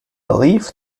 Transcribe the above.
leaf